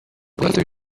weather